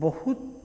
ବହୁତ